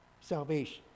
salvation